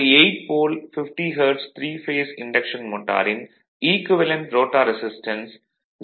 ஒரு 8 pole 50 hertz three phase induction மோட்டாரின் equivalent rotor resistance 0